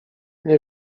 nie